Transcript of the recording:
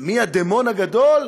ומי הדמון הגדול?